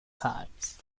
times